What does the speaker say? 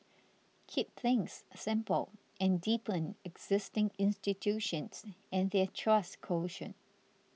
keep things simple and deepen existing institutions and their trust quotient